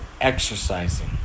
exercising